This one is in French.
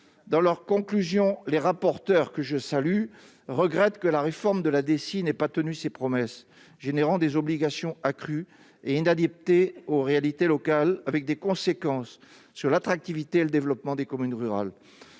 Dans leurs conclusions, les rapporteurs, que je salue, regrettent que la réforme de la DECI n'ait pas tenu ses promesses, et qu'elle ait engendré des obligations accrues et inadaptées aux réalités locales, avec des conséquences fâcheuses sur l'attractivité et le développement des communes rurales.